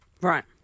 Right